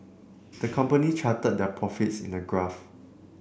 the company charted their profits in a graph